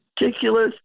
ridiculous